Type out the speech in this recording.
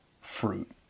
fruit